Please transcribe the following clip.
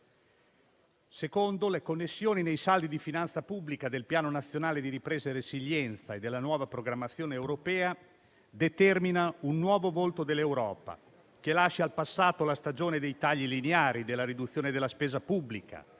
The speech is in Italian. luogo, le connessioni nei saldi di finanza pubblica del Piano nazionale di ripresa e resilienza e della nuova programmazione europea determinano un nuovo volto dell'Europa, che lasci al passato la stagione dei tagli lineari, della riduzione della spesa pubblica,